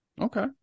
okay